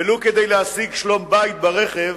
ולו כדי להשיג שלום-בית ברכב,